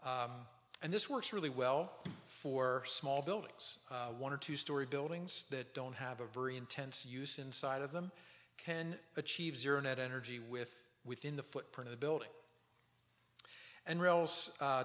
and this works really well for small buildings one or two story buildings that don't have a very intense use inside of them can achieve zero net energy with within the footprint of building and